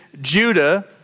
Judah